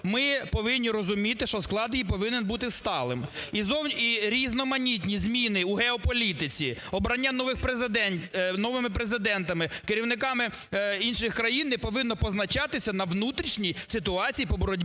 ми повинні розуміти, що склад її повинен бути сталим, і різноманітні зміни у геополітиці, обрання нових… новими президентами, керівниками інших країн не повинно позначатися на внутрішній ситуації по боротьбі